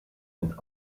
mit